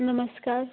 नमस्कार